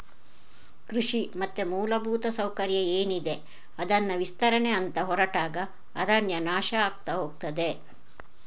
ಕೃಷಿ ಮತ್ತೆ ಮೂಲಭೂತ ಸೌಕರ್ಯ ಏನಿದೆ ಅದನ್ನ ವಿಸ್ತರಣೆ ಅಂತ ಹೊರಟಾಗ ಅರಣ್ಯ ನಾಶ ಆಗ್ತಾ ಹೋಗ್ತದೆ